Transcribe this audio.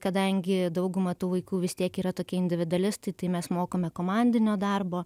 kadangi dauguma tų vaikų vis tiek yra tokie individualistai tai mes mokame komandinio darbo